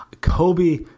Kobe